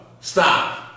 Stop